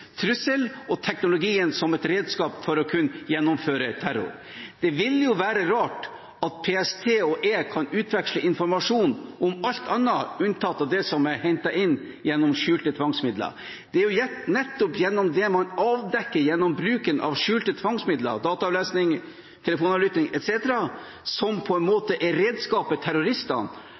trussel og teknologien som et redskap for å kunne gjennomføre terror. Det ville være rart om PST og E-tjenesten kunne utveksle informasjon om alt annet unntatt det som er hentet inn gjennom skjulte tvangsmidler. Det er nettopp det man avdekker gjennom bruken av skjulte tvangsmidler – dataavlesning, telefonavlytting etc., som er det viktigste redskapet til terroristene